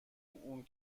اون